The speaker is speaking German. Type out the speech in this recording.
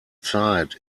zeit